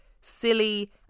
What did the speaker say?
silly